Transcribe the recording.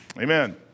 Amen